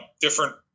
different